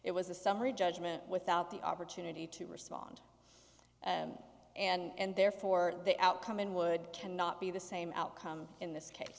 it was a summary judgment without the opportunity to respond and therefore the outcome in would cannot be the same outcome in this case